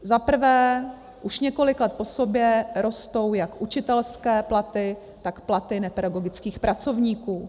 Zaprvé, už několik let po sobě rostou jak učitelské platy, tak platy nepedagogických pracovníků.